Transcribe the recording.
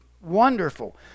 wonderful